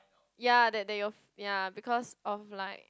ya that that your ya because of like